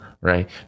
right